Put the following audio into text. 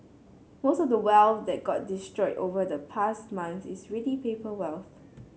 most of the wealth that got destroyed over the past month is really paper wealth